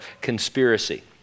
conspiracy